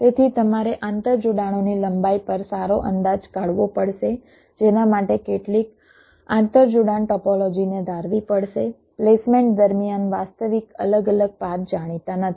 તેથી તમારે આંતરજોડાણોની લંબાઇ પર સારો અંદાજ કાઢવો પડશે જેના માટે કેટલીક આંતરજોડાણ ટોપોલોજી ને ધારવી પડશે પ્લેસમેન્ટ દરમિયાન વાસ્તવિક અલગ અલગ પાથ જાણીતા નથી